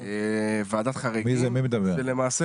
ועדת חריגים זה למעשה